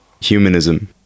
humanism